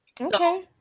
Okay